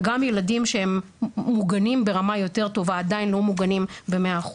וגם ילדים שהם מוגנים ברמה יותר טובה עדיין לא מוגנים ב-100%.